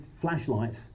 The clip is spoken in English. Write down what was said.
flashlight